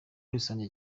rusange